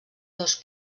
dos